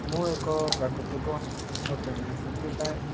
ମୁଁ ଏକ ପ୍ରାକୃତିକ ଓ ସେଥିପାଇଁ